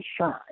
shine